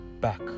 back